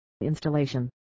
installation